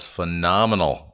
phenomenal